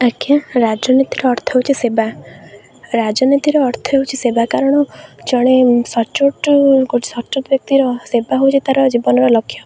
ଆଜ୍ଞା ରାଜନୀତିର ଅର୍ଥ ହେଉଛି ସେବା ରାଜନୀତିର ଅର୍ଥ ହେଉଚି ସେବା କାରଣ ଜଣେ ସଚ୍ଚୋଟ ସଚ୍ଚୋଟ ବ୍ୟକ୍ତିର ସେବା ହେଉଛି ତା'ର ଜୀବନର ଲକ୍ଷ୍ୟ